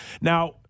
Now